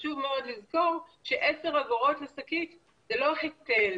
חשוב מאוד לזכור ש-10 אגורות לשקית זה לא היטל,